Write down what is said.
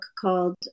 called